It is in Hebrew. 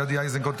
גדי איזנקוט,